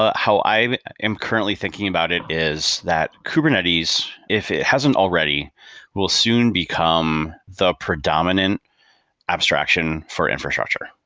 ah how i am currently thinking about it is that kubernetes, if it hasn't already will soon become the predominant abstraction for infrastructure.